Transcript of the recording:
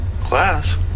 Class